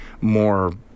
more